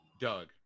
Doug